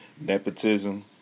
nepotism